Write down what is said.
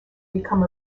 become